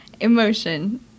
Emotion